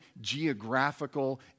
geographical